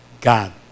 God